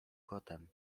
kotem